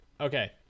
Okay